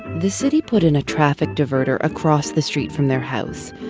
the city put in a traffic diverter across the street from their house.